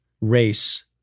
race